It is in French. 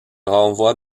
renvoie